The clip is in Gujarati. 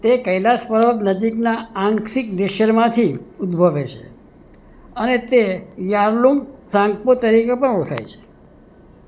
તે કૈલાસ પર્વત નજીકના આંગ્સી ગ્લેશિયરમાંથી ઉદ્ભવે છે અને તે યારલુંગ થાંગપો તરીકે પણ ઓળખાય છે